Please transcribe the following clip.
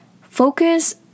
focus